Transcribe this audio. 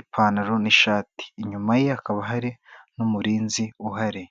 ipantaro n'ishati, inyuma ye hakaba hari n'umurinzi uhari.